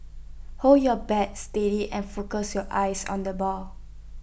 hold your bat steady and focus your eyes on the ball